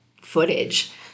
footage